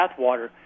bathwater